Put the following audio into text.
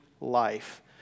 Life